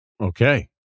Okay